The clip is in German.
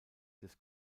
des